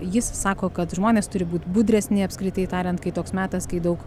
jis sako kad žmonės turi būt budresni apskritai tariant kai toks metas kai daug